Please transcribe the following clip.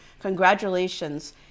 Congratulations